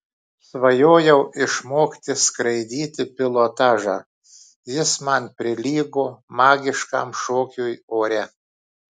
svajojau išmokti skraidyti pilotažą jis man prilygo magiškam šokiui ore